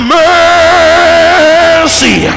mercy